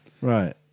Right